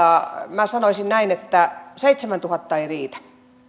minä sanoisin näin että seitsemäntuhatta ei riitä